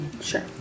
Sure